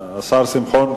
השר שמחון,